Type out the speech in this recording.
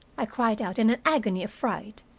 i cried out, in an agony of fright.